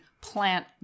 plant